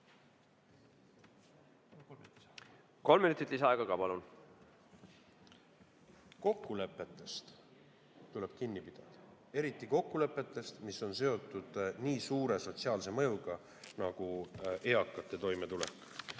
Kolm minutit lisaaega ka, palun! Kokkulepetest tuleb kinni pidada, eriti kokkulepetest, mis on seotud nii suure sotsiaalse mõjuga nagu eakate toimetulek.